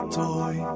toy